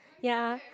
ya